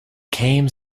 came